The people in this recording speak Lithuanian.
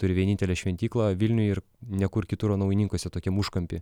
turi vienintelę šventyklą vilniuje ir niekur kitur o naujininkuose tokiam užkampy